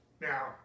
Now